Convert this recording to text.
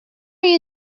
very